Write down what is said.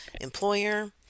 employer